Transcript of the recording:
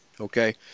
okay